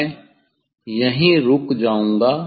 मैं यहीं रुक जाऊंगा